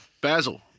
Basil